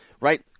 right